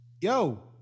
yo